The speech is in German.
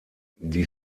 die